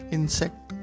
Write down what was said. Insect